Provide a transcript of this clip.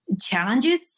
challenges